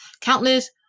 countless